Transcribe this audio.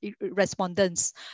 respondents